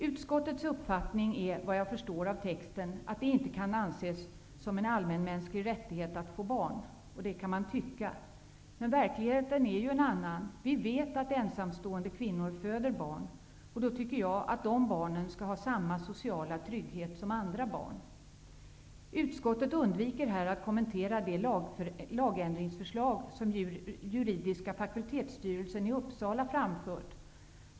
Utskottets uppfattning är, vad jag förstår av texten, att det inte kan anses som en allmänmänsklig rättighet att få barn, och det kan man tycka. Men verkligheten är en annan. Vi vet att ensamstående kvinnor föder barn, och då tycker jag att de barnen skall ha samma sociala trygghet som andra barn. Utskottet undviker här att kommentera de lagändringsförslag som juridiska fakultetsstyrelsen i Uppsala framfört.